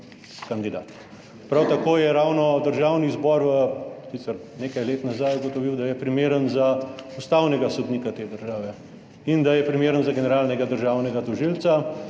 Prav tako je ravno Državni zbor, sicer nekaj let nazaj, ugotovil, da je primeren za ustavnega sodnika te države in da je primeren za generalnega državnega tožilca.